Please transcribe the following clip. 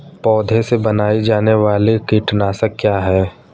पौधों से बनाई जाने वाली कीटनाशक क्या है?